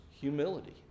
humility